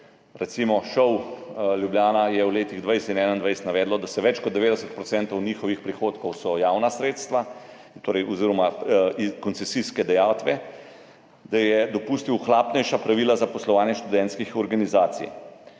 recimo, ŠOU Ljubljana je v letih 2020 in 2021 navedel, da se več kot 90 % njihovih prihodkov javna sredstva oziroma koncesijske dajatve –, da je dopustil ohlapnejša pravila za poslovanje študentskih organizacij.